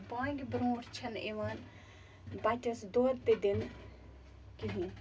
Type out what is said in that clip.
بانٛگہِ برٛۄنٛٹھ چھَنہٕ یِوان بَچَس دۄد تہِ دِنہٕ کِہیٖنۍ